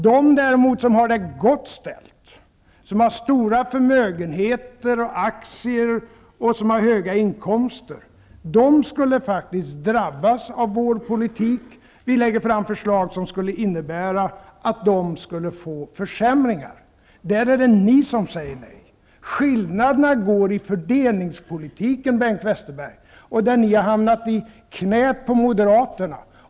De som däremot har det gott ställt och som har stora förmögenheter, stora aktieinnehav och höga inkomster skulle faktiskt drabbas av vår politik. Våra förslag innebär att dessa människor skulle få försämringar. Där är det ni som säger nej. Skillnaderna ligger i fördelningspolitiken, Bengt Westerberg. Ni folkpartister har hamnat i knäet på Moderaterna.